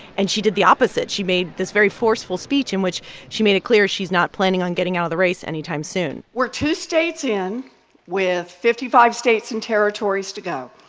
and she did the opposite. she made this very forceful speech in which she made it clear she's not planning on getting out of the race anytime soon we're two states in with fifty five states and territories to go.